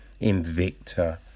Invicta